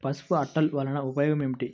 పసుపు అట్టలు వలన ఉపయోగం ఏమిటి?